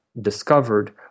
discovered